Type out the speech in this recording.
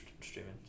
streaming